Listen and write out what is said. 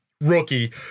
rookie